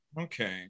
okay